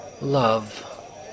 Love